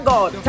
God